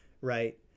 right